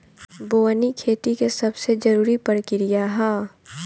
बोअनी खेती के सबसे जरूरी प्रक्रिया हअ